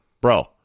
bro